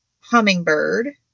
hummingbird